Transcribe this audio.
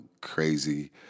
crazy